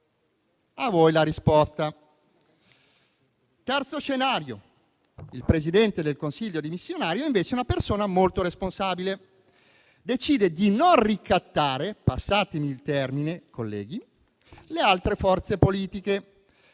A voi la risposta. Nel terzo scenario, il Presidente del Consiglio dimissionario, invece, è una persona molto responsabile, decide di non ricattare - passatemi il termine colleghi - le altre forze politiche